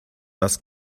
das